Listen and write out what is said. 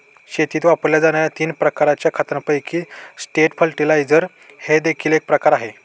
शेतीत वापरल्या जाणार्या तीन प्रकारच्या खतांपैकी स्ट्रेट फर्टिलाइजर हे देखील एक प्रकार आहे